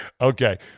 Okay